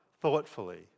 thoughtfully